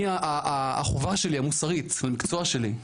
החובה שלי המוסרית במקצוע שלי,